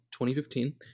2015